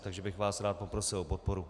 Takže bych vás rád poprosil o podporu.